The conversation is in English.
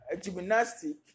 gymnastic